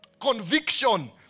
Conviction